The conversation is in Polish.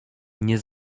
nie